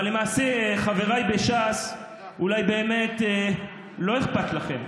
אבל למעשה, חבריי בש"ס, אולי באמת לא אכפת לכם,